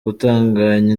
gutunganya